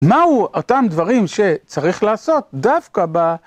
מהו אותם דברים שצריך לעשות דווקא ב...